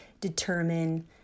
determine